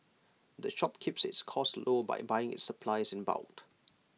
the shop keeps its costs low by buying its supplies in bulk